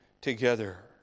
together